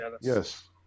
yes